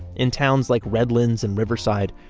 in towns like redlands and riverside,